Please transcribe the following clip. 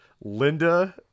Linda